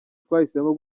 twahisemo